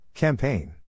Campaign